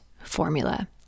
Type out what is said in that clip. formula